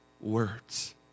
words